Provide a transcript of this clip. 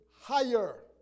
higher